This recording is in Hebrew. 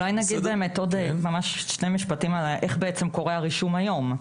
אולי אגיד ממש עוד שני משפטים על איך באמת קורה הרישום היום.